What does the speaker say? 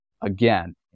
again